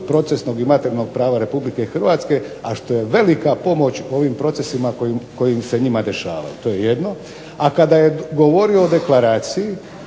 procesnog i materijalnog prava Republike Hrvatske, a što je velika pomoć ovim procesima kojim se njima rješavaju. To je jedno. A kada je govorio o deklaraciji